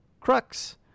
Crux